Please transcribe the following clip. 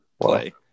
play